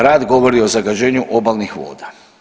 Rad govori o zagađenju obalnih voda.